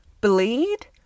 bleed